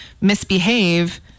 misbehave